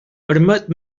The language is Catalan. permet